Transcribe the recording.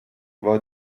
war